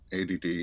ADD